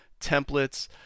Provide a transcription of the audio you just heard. templates